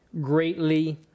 greatly